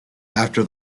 after